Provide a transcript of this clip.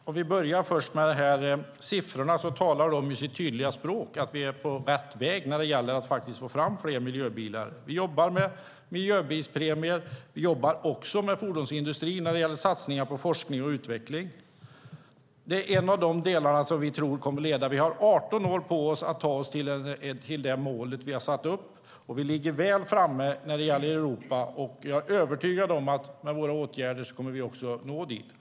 Herr talman! Jag börjar med siffrorna. De talar sitt tydliga språk. Vi är på rätt väg när det gäller att få fram fler miljöbilar. Vi jobbar med miljöbilspremier och fordonsindustrin i fråga om satsningar på forskning och utveckling. Det är de delarna som kommer att leda framåt. Vi har 18 år på oss att ta oss fram till det mål vi har satt upp. Vi ligger väl framme i Europa. Jag är övertygad om att med hjälp av våra åtgärder kommer vi att nå fram.